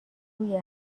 روی